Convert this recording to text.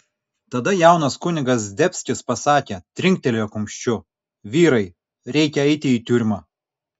tada jaunas kunigas zdebskis pasakė trinktelėjo kumščiu vyrai reikia eiti į tiurmą